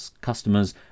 customers